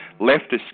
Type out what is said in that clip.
leftist